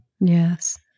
yes